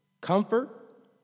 comfort